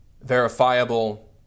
verifiable